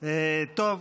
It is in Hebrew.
טוב,